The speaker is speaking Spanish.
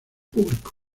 público